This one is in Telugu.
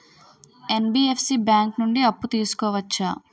ఎన్.బి.ఎఫ్.సి బ్యాంక్ నుండి అప్పు తీసుకోవచ్చా?